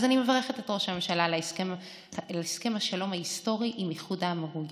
אז אני מברכת את ראש הממשלה על הסכם השלום ההיסטורי עם איחוד האמירויות,